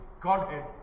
Godhead